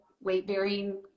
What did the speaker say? weight-bearing